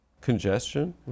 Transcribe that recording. Congestion